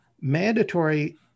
mandatory